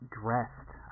dressed